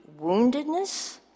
woundedness